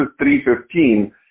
3.15